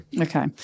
Okay